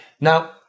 Now